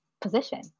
position